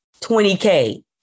20K